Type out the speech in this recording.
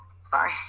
sorry